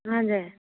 हजुर